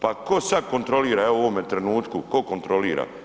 Pa tko sad kontrolira evo u ovome trenutku, tko kontrolira?